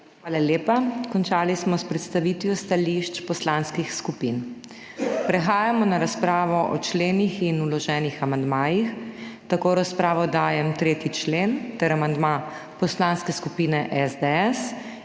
Hvala lepa. Končali smo s predstavitvijo stališč poslanskih skupin. Prehajamo na razpravo o členih in vloženih amandmajih. Tako v razpravo dajem 3. člen ter amandma Poslanske skupine SDS